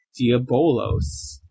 Diabolos